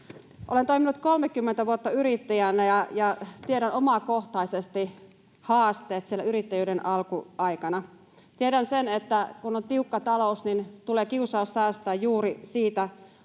Olen toiminut 30 vuotta yrittäjänä ja tiedän omakohtaisesti haasteet siellä yrittäjyyden alkuaikana. Tiedän sen, että kun on tiukka talous, niin tulee kiusaus säästää juuri siitä